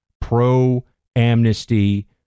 pro-amnesty